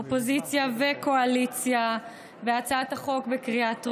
אופוזיציה וקואליציה, בהצעת החוק בקריאה טרומית,